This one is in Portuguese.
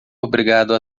obrigado